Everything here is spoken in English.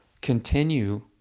continue